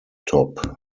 top